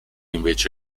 invece